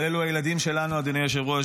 אבל אלה הילדים שלנו, אדוני היושב-ראש.